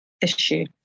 issue